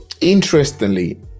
interestingly